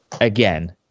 again